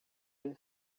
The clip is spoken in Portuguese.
ele